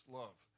love